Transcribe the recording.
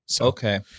Okay